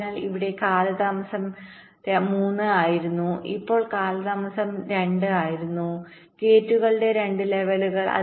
അതിനാൽ ഇവിടെ കാലതാമസം 3 ആയിരുന്നു ഇപ്പോൾ കാലതാമസം 2 ആയിരുന്നു ഗേറ്റുകളുടെ 2 ലെവലുകൾ